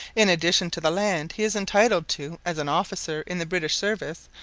in addition to the land he is entitled to as an officer in the british service,